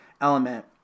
element